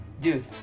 dude